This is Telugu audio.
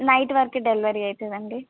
నైట్ వరకు డెలివరీ అవుతుందండి